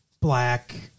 black